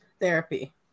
Therapy